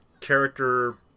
character